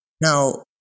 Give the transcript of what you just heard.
Now